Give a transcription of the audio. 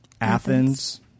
Athens